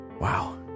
Wow